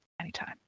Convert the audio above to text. Anytime